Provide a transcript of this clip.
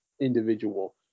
individual